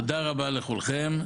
תודה רבה לכולכם.